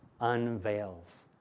unveils